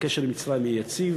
הקשר עם מצרים יהיה יציב,